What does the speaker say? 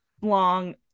long